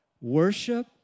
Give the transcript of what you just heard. Worship